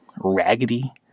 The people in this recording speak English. raggedy